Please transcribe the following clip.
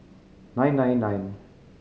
nine nine nine